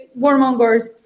warmongers